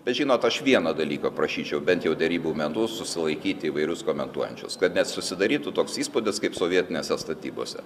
bet žinot aš vieno dalyko prašyčiau bent jau derybų metu susilaikyti įvairius komentuojančius kad nesusidarytų toks įspūdis kaip sovietinėse statybose